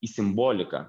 į simboliką